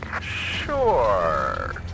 Sure